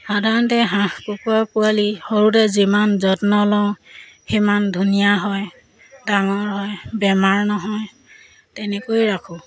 সাধাৰণতে হাঁহ কুকুৰা পোৱালি সৰুতে যিমান যত্ন লওঁ সিমান ধুনীয়া হয় ডাঙৰ হয় বেমাৰ নহয় তেনেকৈয়ে ৰাখোঁ